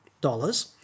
dollars